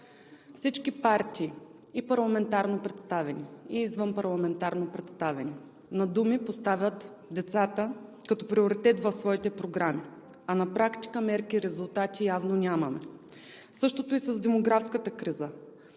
Всички партии – и парламентарно представени, и извън парламентарно представени, на думи поставят децата като приоритет в своите програми, а на практика мерки и резултати явно нямаме. Същото е и с демографската криза.